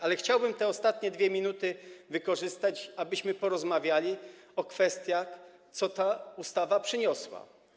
Ale chciałbym te ostatnie 2 minuty wykorzystać, abyśmy porozmawiali o tym, co ta ustawa przyniosła.